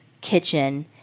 kitchen